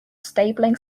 stabling